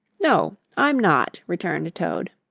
no, i'm not, returned toad.